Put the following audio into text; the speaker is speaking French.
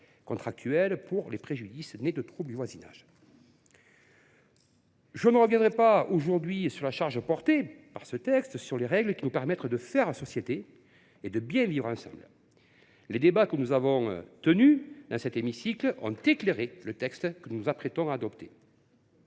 extracontractuelle pour les préjudices du fait de troubles du voisinage. Je ne reviendrai pas sur l’importance des règles qui nous permettent de faire société et de bien vivre ensemble. Les débats que nous avions tenus dans cet hémicycle ont éclairé le texte que nous nous apprêtons à adopter.